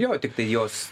jo tiktai jos